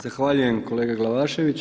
Zahvaljujem kolega Glavašević.